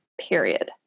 period